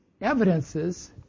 evidences